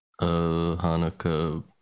Hanukkah